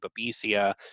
Babesia